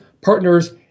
partners